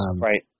Right